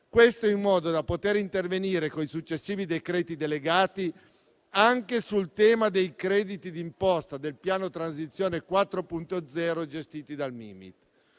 settore, in modo da poter intervenire, con i successivi decreti delegati, anche sul tema dei crediti di imposta del Piano transizione 4.0 gestiti dal Mimit.